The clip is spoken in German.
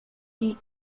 die